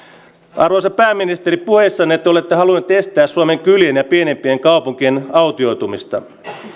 arvoisa pääministeri puheissanne te olette halunneet estää suomen kylien ja pienempien kaupunkien autioitumista